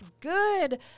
good